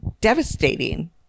devastating